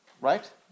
right